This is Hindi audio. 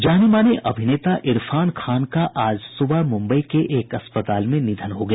जाने माने अभिनेता इरफान खान का आज सुबह मुंबई के एक अरपताल में निधन हो गया